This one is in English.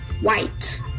white